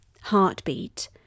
heartbeat